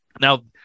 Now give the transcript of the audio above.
now